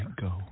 go